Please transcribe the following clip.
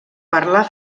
parlar